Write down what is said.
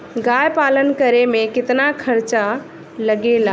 गाय पालन करे में कितना खर्चा लगेला?